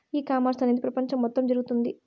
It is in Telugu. ఈ కామర్స్ అనేది ప్రపంచం మొత్తం జరుగుతోంది